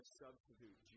substitute